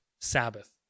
Sabbath